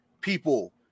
people